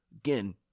Again